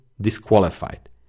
disqualified